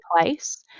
place